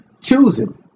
choosing